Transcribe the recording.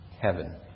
heaven